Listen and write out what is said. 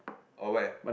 or where